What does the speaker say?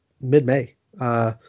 mid-May